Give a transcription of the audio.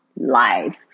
life